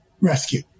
rescue